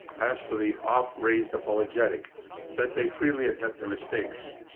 as for the oft-raised apologetic that they freely admit their mistakes,